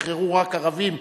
שחררו רק ערבים,